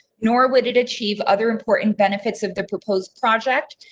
nor would it achieve other important benefits of the proposed project,